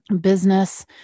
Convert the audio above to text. business